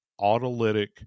autolytic